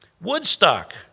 Woodstock